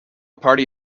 party